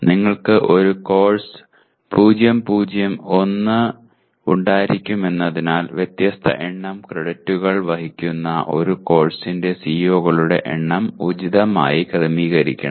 നിങ്ങൾക്ക് ഒരു കോഴ്സ് 0 0 1 ഉണ്ടായിരിക്കുമെന്നതിനാൽ വ്യത്യസ്ത എണ്ണം ക്രെഡിറ്റുകൾ വഹിക്കുന്ന ഒരു കോഴ്സിന്റെ CO കളുടെ എണ്ണം ഉചിതമായി ക്രമീകരിക്കണം